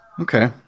Okay